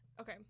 Okay